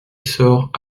sort